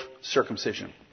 circumcision